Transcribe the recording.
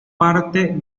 parte